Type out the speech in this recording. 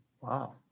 wow